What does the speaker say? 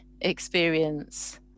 experience